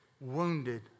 wounded